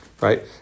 right